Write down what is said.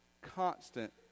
constant